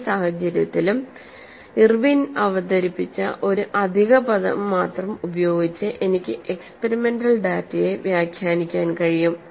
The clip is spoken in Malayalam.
ഈ സാഹചര്യത്തിലും ഇർവിൻ അവതരിപ്പിച്ച ഒരു അധിക പദം മാത്രം ഉപയോഗിച്ച് എനിക്ക് എക്സ്പെരിമെന്റൽ ഡാറ്റയെ വ്യാഖ്യാനിക്കാൻ കഴിയും